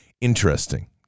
Interesting